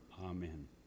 Amen